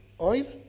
oil